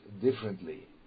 differently